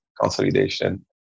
consolidation